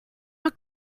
not